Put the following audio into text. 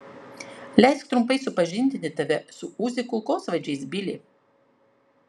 leisk trumpai supažindinti tave su uzi kulkosvaidžiais bili